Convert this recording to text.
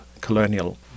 colonial